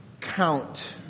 count